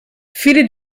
viele